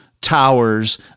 towers